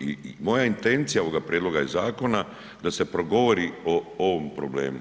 i moja intencija ovoga prijedloga zakona da se progovori o ovom problemu.